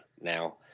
now